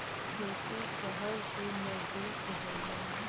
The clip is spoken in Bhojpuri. खेती सहर के नजदीक होला